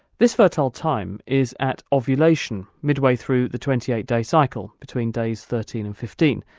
this fertile time is at ovulation, midway through the twenty eight day cycle, between days thirteen and fifteen,